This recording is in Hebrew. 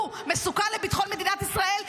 הוא מסוכן לביטחון מדינת ישראל,